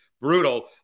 brutal